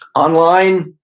online